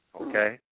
Okay